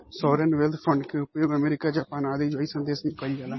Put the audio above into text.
sovereign wealth fund के उपयोग America Japan आदि जईसन देश में कइल जाला